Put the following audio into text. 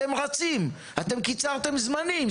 אתם רצים, אתם קיצרתם זמנים.